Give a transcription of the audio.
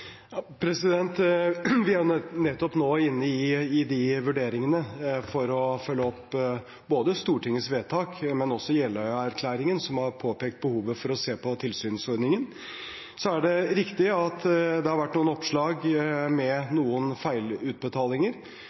Vi er nettopp nå inne i de vurderingene for å følge opp både Stortingets vedtak og også Jeløya-erklæringen, som har påpekt behovet for å se på tilsynsordningen. Så er det riktig at det har vært noen oppslag om feilutbetalinger.